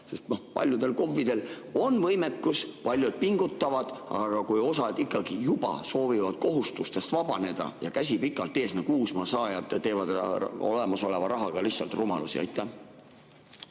ära? Paljudel KOV‑idel on võimekus, paljud pingutavad, aga osad juba soovivad kohustustest vabaneda, ja käsi pikalt ees nagu uusmaasaajatel, teevad olemasoleva rahaga lihtsalt rumalusi. Aitäh,